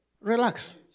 Relax